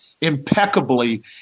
impeccably